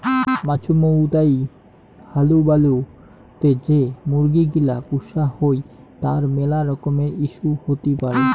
মাছুমৌতাই হালুবালু তে যে মুরগি গিলা পুষা হই তার মেলা রকমের ইস্যু হতি পারে